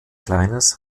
kleines